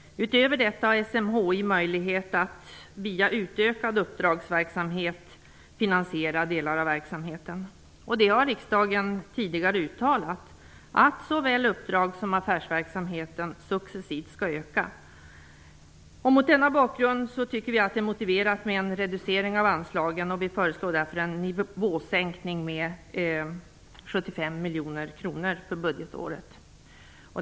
Utöver detta har SMHI möjlighet att via utökad uppdragsverksamhet finansiera delar av verksamheten. Riksdagen har tidigare uttalat att såväl uppdrags som affärsverksamheten successivt skall öka. Mot denna bakgrund tycker vi att det är motiverat med en reducering av anslagen. Vi föreslår därför en nivåsänkning med 75 miljoner kronor för budgetåret.